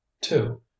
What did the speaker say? Two